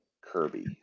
Kirby